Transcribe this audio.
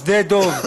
שדה-דב,